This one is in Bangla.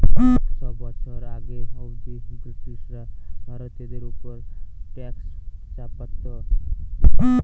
একশ বছর আগে অব্দি ব্রিটিশরা ভারতীয়দের উপর ট্যাক্স চাপতো